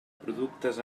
productes